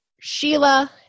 Sheila